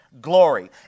glory